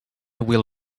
will